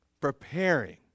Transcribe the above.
preparing